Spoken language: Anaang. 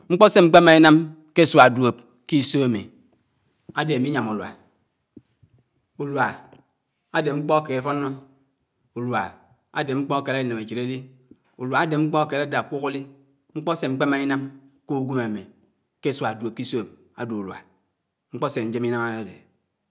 mkpo Sé mkpémá ínam k’esùá dùòb k’ísó ámí ádé ámí yám ùlùá. wá àdè mkpó áké fónó, ùlùá ádé mkpó ákélàd ínéméchid alí, ùwá mkpó áké ládá ákùk álí. mkpò sé amkpémá inam k’uwém ámí k’isùá dùòb kìsòm ádé ùlùá. mkpó sè àñjém ínám ádédé.